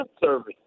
service